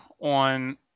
on